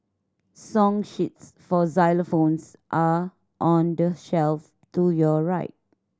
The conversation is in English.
song sheets for xylophones are on the shelf to your right